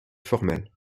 formelle